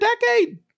decade